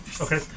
Okay